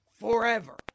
forever